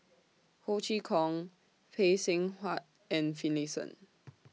Ho Chee Kong Phay Seng Whatt and Finlayson